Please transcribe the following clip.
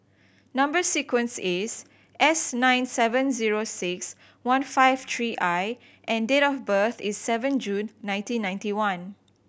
number sequence is S nine seven zero six one five three I and date of birth is seven June nineteen ninety one